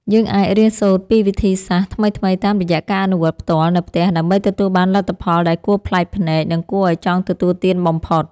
យើងអាចរៀនសូត្រពីវិធីសាស្ត្រថ្មីៗតាមរយៈការអនុវត្តផ្ទាល់នៅផ្ទះដើម្បីទទួលបានលទ្ធផលដែលគួរប្លែកភ្នែក និងគួរឱ្យចង់ទទួលទានបំផុត។